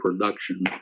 production